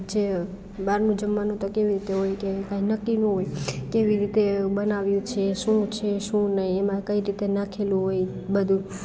જે બહારનું જમવાનું તો કેવી રીતે હોય કે કંઈ નક્કી ન હોય કેવી રીતે બનાવ્યું છે શું છે શું નહીં એમાં કઈ રીતે નાખેલું હોય બધું